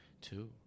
two